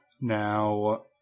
Now